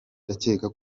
ndakeka